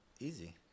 Easy